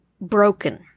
broken